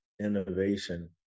innovation